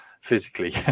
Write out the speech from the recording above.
physically